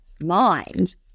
mind